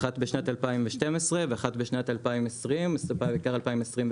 אחת בשנת 2012 ואחת בשנת 2020, ביקר 2021,